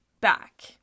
back